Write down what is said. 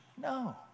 No